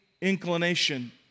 inclination